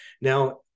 Now